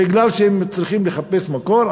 בגלל שהם צריכים לחפש מקור,